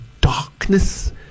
darkness